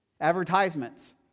advertisements